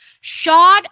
Shod